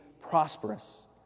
prosperous